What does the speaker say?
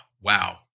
Wow